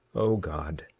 o god,